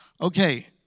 Okay